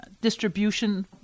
distribution